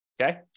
okay